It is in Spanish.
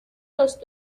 los